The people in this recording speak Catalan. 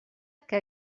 que